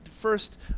first